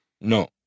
No